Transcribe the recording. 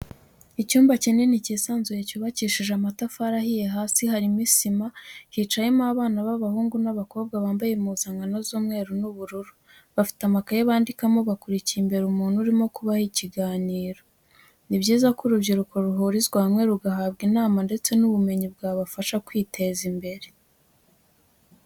Icyumba kinini cyisanzuye cyubakishije amatafari ahiye hasi harimo isima, hicayemo abana b'abahungu n'abakobwa bambaye impuzankano z'umweru n'ubururu, bafite amakaye bandikamo bakurikiye imbere umuntu urimo kubaha ikiganiro. Ni byiza ko urubyiruko ruhurizwa hamwe rugahabwa inama ndetse n'ubumenyi bwabafasha kwiteza imbere.